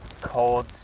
cold